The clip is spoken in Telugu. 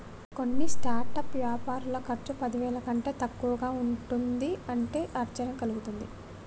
కొన్ని స్టార్టప్ వ్యాపారుల ఖర్చు పదివేల కంటే తక్కువగా ఉంటుంది అంటే ఆశ్చర్యం కలుగుతుంది